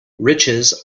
riches